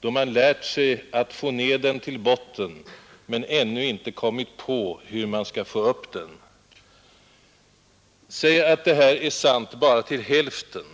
då man lärt sig få ned den till botten men ännu inte kommit på hur man skall få upp den.” Antag att detta är sant bara till hälften!